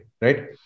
right